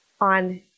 on